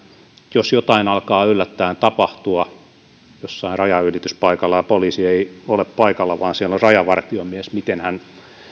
jos jotain alkaa yllättäen tapahtua jossain rajanylityspaikalla ja poliisi ei ole paikalla vaan siellä on rajavartiomies miten hän